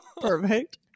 Perfect